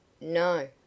No